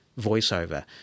voiceover